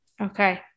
Okay